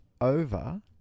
over